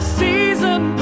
season